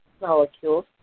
molecules